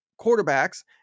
quarterbacks